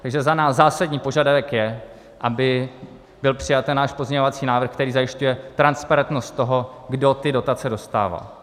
Takže za nás je zásadní požadavek, aby byl přijat náš pozměňovací návrh, který zajišťuje transparentnost toho, kdo ty dotace dostává.